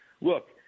look